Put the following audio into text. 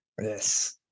Yes